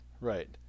right